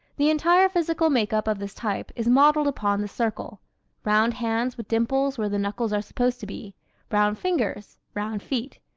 the entire physical makeup of this type is modeled upon the circle round hands with dimples where the knuckles are supposed to be round fingers, round feet,